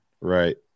right